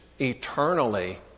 eternally